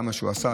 כמה שהוא עשה,